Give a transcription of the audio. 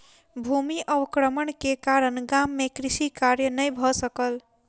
भूमि अवक्रमण के कारण गाम मे कृषि कार्य नै भ सकल